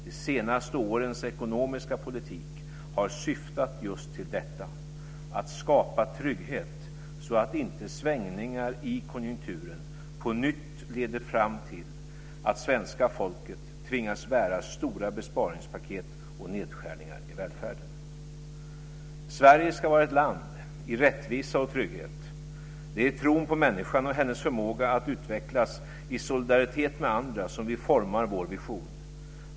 De senaste årens ekonomiska politik har syftat just till detta, dvs. att skapa trygghet så att inte svängningar i konjunkturen på nytt leder fram till att svenska folket tvingas bära stora besparingspaket och nedskärningar i välfärden. Sverige ska vara ett land i rättvisa och trygghet. Det är i tron på människan och hennes förmåga att utvecklas i solidaritet med andra som vi formar vår vision.